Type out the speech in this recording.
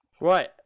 Right